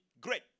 great